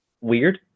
weird